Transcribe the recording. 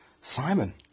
Simon